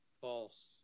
false